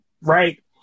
Right